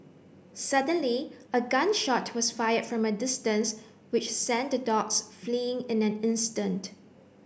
suddenly a gun shot was fired from a distance which sent the dogs fleeing in an instant